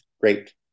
Great